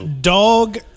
dog